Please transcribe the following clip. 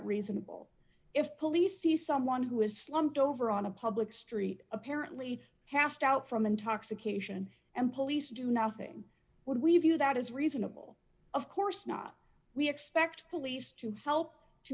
reasonable if police see someone who is slumped over on a public street apparently passed out from intoxication and police do nothing would we view that as reasonable of course not we expect police to help to